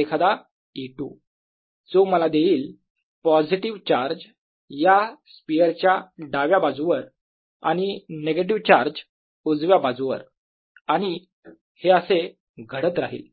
एखादा E2 जो मला देईल पॉझिटिव्ह चार्ज या स्पियरच्या डाव्या बाजूवर आणि नेगेटिव्ह चार्ज उजव्या बाजूवर आणि हे असे घडत राहील